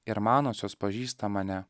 ir manosios pažįsta mane